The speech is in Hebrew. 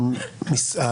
המילים "בבירור",